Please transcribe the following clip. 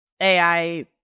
AI